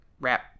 wrap